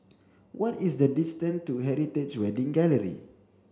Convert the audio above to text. what is the distance to Heritage Wedding Gallery